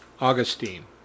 Augustine